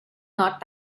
not